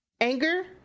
anger